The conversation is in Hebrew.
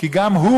כי גם הוא,